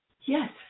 Yes